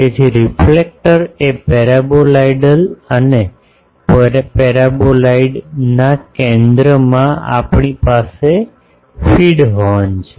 તેથી રિફ્લેક્ટર એ પેરાબોલોઇડલ છે પેરાબોલોઇડના કેન્દ્રમાં આપણી પાસે ફીડ હોર્ન છે